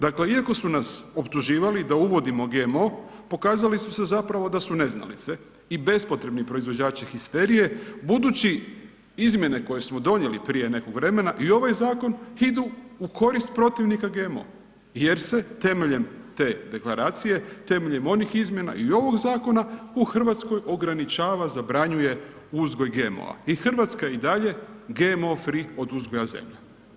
Dakle, iako su nas optuživali da uvodimo GMO pokazali su se da su zapravo neznalice i bespotrebni proizvođači histerije, budući izmjene koje smo donijeli prije nekog vremena i ovaj zakon idu u korist protivnika GMO jer se temeljem te deklaracije, temeljem onih izmjena i ovog zakona u Hrvatskoj ograničava, zabranjuje uzgoj GMO-a i Hrvatska je i dalje GMO free od uzgoja zemlja.